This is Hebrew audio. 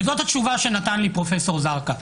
וזאת התשובה שנתן לי פרופ' זרקא,